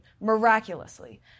miraculously